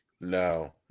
No